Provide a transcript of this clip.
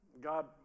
God